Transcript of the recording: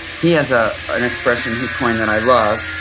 he has ah an expression he coined that i love,